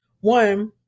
One